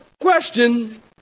question